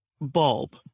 bulb